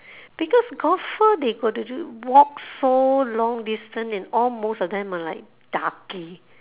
because golfer they got to do walk so long distance and all most of them are like darky